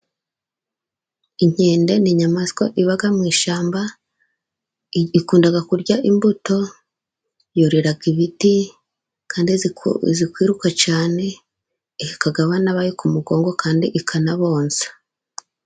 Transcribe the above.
Inkende ni inyamaswa iba mu ishyamba. Ikunda kurya imbuto. Yurirara ibiti kandi izi kwiruka cyane. Iheka abana bayo ku mugongo kandi ikanabonsa.